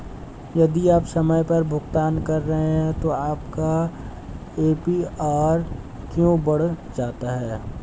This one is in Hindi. यदि आप समय पर भुगतान कर रहे हैं तो आपका ए.पी.आर क्यों बढ़ जाता है?